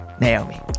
Naomi